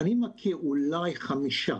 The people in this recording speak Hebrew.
אני מכיר אולי חמישה